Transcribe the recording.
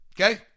okay